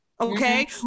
okay